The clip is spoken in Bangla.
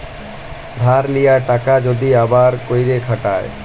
ধার লিয়া টাকা যদি আবার ক্যইরে খাটায়